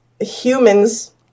humans